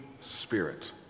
Spirit